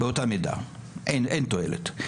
אין תועלת.